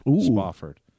Spofford